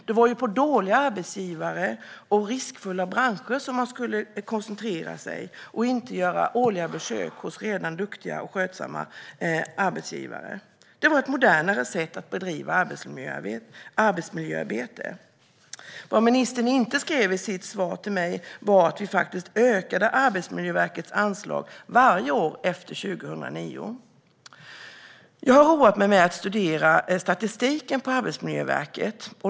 Det var på dåliga arbetsgivare och riskfulla branscher man skulle koncentrera sig, inte på att göra årliga besök hos redan duktiga och skötsamma arbetsgivare. Det var ett modernare sätt att bedriva arbetsmiljöarbete. Vad ministern inte nämnde i sitt svar till mig var att vi ökade Arbetsmiljöverkets anslag varje år efter 2009. Jag har roat mig med att studera Arbetsmiljöverkets statistik.